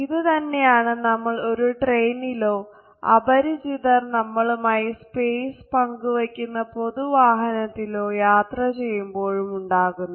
ഇത് തന്നെയാണ് നമ്മൾ ഒരു ട്രെയിനിലോ അപരിചിതർ നമ്മളുമായി സ്പേസ് പങ്കുവക്കുന്ന പൊതു വാഹനത്തിലോ യാത്ര ചെയ്യുമ്പോഴും ഉണ്ടാകുന്നത്